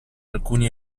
alcuni